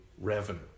revenue